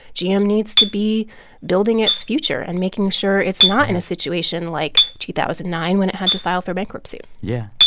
gm needs to be building its future and making sure it's not in a situation like two thousand and nine when it had to file for bankruptcy yeah.